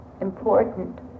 important